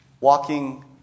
walking